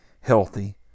healthy